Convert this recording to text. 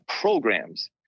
programs